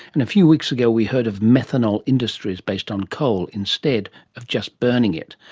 and a few weeks ago we heard of methanol industries based on coal instead of just burning it.